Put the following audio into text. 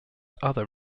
other